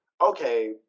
okay –